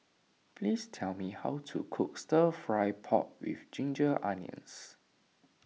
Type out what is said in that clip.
please tell me how to cook Stir Fry Pork with Ginger Onions